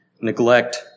neglect